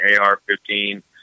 AR-15